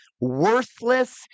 worthless